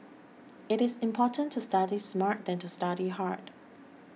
it is more important to study smart than to study hard